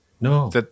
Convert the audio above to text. No